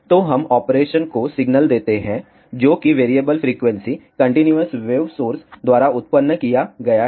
तो हम ऑपरेशन को सिग्नल देखते हैं जो कि variable frequency continuous wave source द्वारा उत्पन्न किया गया है